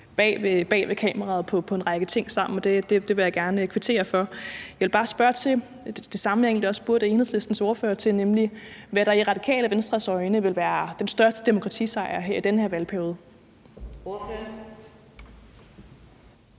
bag kameraet på en række ting sammen, og det vil jeg gerne kvittere for. Jeg vil bare spørge om det samme, som jeg spurgte Enhedslistens ordfører om, nemlig hvad der i Radikale Venstres øjne vil være den største demokratisejr i den her valgperiode.